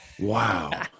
Wow